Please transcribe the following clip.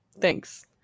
Thanks